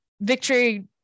victory